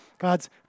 God's